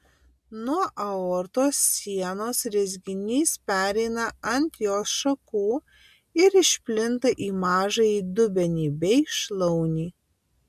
nuo aortos sienos rezginys pereina ant jos šakų ir išplinta į mažąjį dubenį bei šlaunį